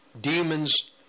demons